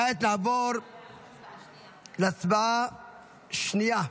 כעת נעבור להצבעה השנייה.